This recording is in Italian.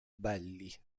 belli